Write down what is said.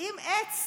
נוטעים עץ